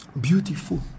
beautiful